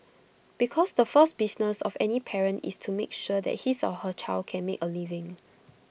because the first business of any parent is to make sure that his or her child can make A living